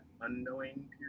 unknowing